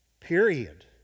period